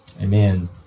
Amen